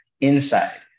inside